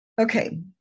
Okay